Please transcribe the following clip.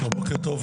בוקר טוב.